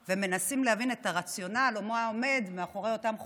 ומנסים להבין את הרציונל או מה עומד מאחורי אותם חוקים.